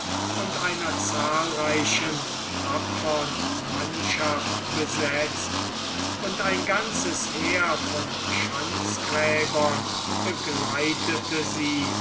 und einer zahlreichen tapfern mannschaft besetzt und ein ganzes heer von schanzgräbern begleitete sie